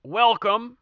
welcome